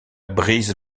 brise